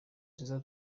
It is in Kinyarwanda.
nziza